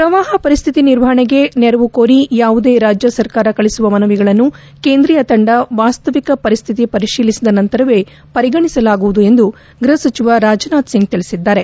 ಪ್ರವಾಹ ಪರಿಸ್ಥಿತಿ ನಿರ್ವಹಣೆಗೆ ನೆರವು ಕೋರಿ ಯಾವುದೇ ರಾಜ್ಯ ಸರ್ಕಾರ ಕಳಿಸುವ ಮನವಿಗಳನ್ನು ಕೇಂದ್ರೀಯ ತಂಡ ವಾಸ್ತವಿಕ ಪರಿಸ್ಥಿತಿಯನ್ನು ಪರಿಶೀಲಿಸಿದ ನಂತರವಷ್ಟೇ ಪರಿಗಣಿಸಲಾಗುವುದು ಎಂದು ಗೃಹ ಸಚಿವ ರಾಜ್ನಾಥ್ ಸಿಂಗ್ ತಿಳಿಸಿದ್ದಾರೆ